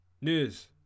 News